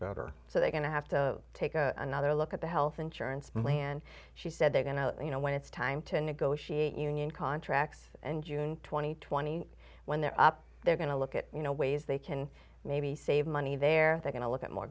are so they're going to have to take a another look at the health insurance plan she said they're going to you know when it's time to negotiate union contracts and june two thousand and twenty when they're up they're going to look at you know ways they can maybe save money they're going to look at more